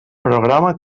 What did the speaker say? programa